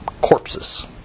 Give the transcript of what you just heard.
corpses